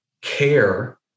care